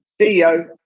CEO